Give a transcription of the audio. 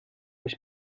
ist